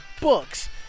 books